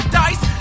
dice